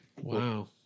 Wow